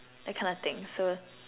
that kind of thing so